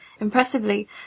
Impressively